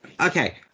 Okay